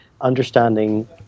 understanding